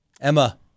Emma